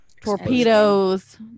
torpedoes